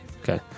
Okay